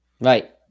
right